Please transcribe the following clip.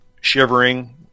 shivering